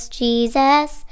jesus